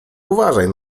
uważaj